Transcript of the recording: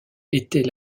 était